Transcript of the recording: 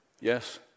Yes